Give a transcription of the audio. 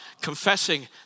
confessing